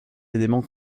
éléments